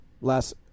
last